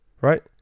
right